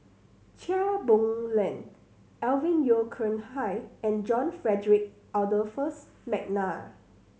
Chia Boon Leong Alvin Yeo Khirn Hai and John Frederick Adolphus McNair